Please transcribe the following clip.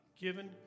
given